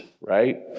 right